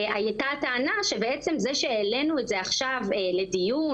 הייתה הטענה שבעצם זה שהעלינו את זה עכשיו לדיון